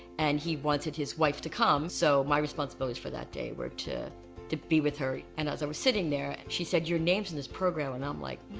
and he wanted his wife to come, so my responsibilities for that day were to to be with her. and as i was sitting there, she said, your name's in this program. and i'm like,